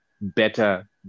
better